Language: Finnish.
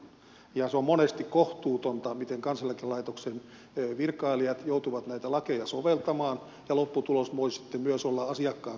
se on monesti kohtuutonta miten kansaneläkelaitoksen virkailijat joutuvat näitä lakeja soveltamaan ja lopputulos voi sitten myös olla asiakkaan kannalta huono